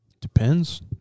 Depends